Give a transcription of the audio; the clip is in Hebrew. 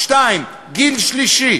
2. גיל שלישי.